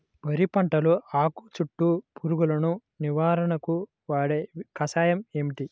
వరి పంటలో ఆకు చుట్టూ పురుగును నివారణకు వాడే కషాయం ఏమిటి?